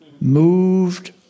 Moved